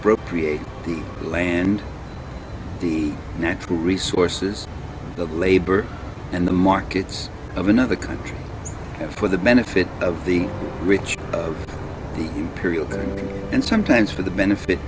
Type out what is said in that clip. procreate the land the natural resources the labor and the markets of another country have for the benefit of the rich the imperial and sometimes for the benefit